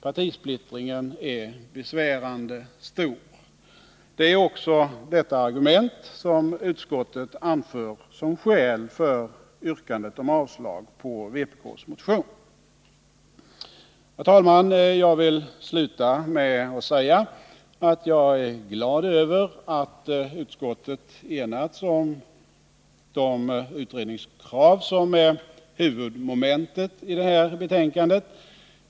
Partisplittringen är besvärande stor. Det är också detta argument som utskottet anför som skäl för avslag på vpk:s motion. Herr talman! Jag vill sluta med att säga att jag är glad över att utskottet enats om de utredningskrav som är huvudmomentet i det här betänkandet.